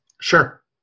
Sure